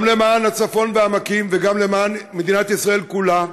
גם למען הצפון והעמקים וגם למען מדינת ישראל כולה,